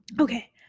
Okay